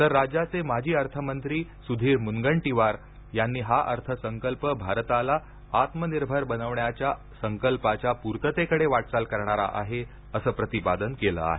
तर राज्याचे माजी अर्थमंत्री सुधीर मुनगंटीवार यांनी हा अर्थसंकल्प भारताला आत्मनिर्भर बनवण्याच्या संकल्पाच्या पूर्ततेकडे वाटचाल करणारा आहे असं प्रतिपादन केलं आहे